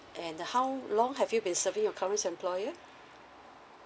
and how long have you been serving your current employer